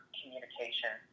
communication